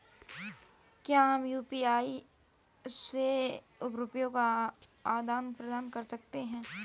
क्या हम यू.पी.आई से रुपये का आदान प्रदान कर सकते हैं?